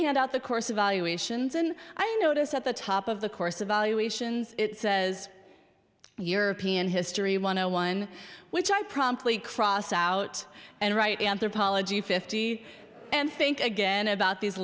hand out the course evaluations and i notice at the top of the course evaluations it says european history one hundred one which i promptly cross out and write anthropology fifty and think again about these